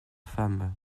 femme